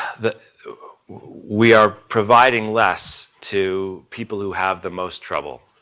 the we are providing less to people who have the most trouble.